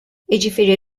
jiġifieri